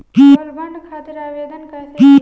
Gold bond खातिर आवेदन कैसे दिही?